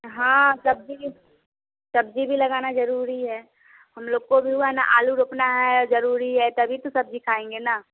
हाँ सब्ज़ी सब्ज़ी सब्ज़ी भी लगाना ज़रूरी है हम लोग को भी हुआ ना आलू रोपना है ज़रूरी है तभी तो सब्ज़ी खाएँगे ना